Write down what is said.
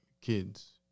kids –